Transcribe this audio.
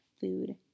food